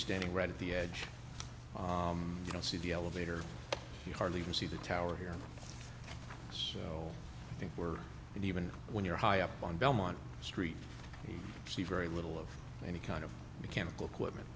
standing right at the edge you don't see the elevator you hardly even see the tower here so i think we're in even when you're high up on belmont street see very little of any kind of mechanical equipment